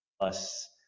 plus